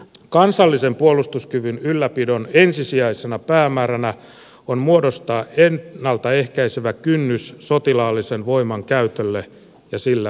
kansallisen puolustuskyvyn ylläpidon ensisijaisena päämääränä on muodostaa ennalta ehkäisevä kynnys sotilaallisen voiman käytölle ja sillä uhkaamiselle